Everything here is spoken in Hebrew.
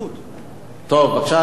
מה אכפת לך?